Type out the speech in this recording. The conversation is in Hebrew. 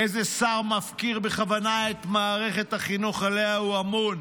איזה שר מפקיר בכוונה את מערכת החינוך שעליה הוא אמון